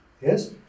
yes